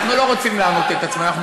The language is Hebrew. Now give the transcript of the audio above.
אנחנו לא רוצים לענות את עצמנו,